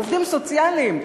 עובדים סוציאליים,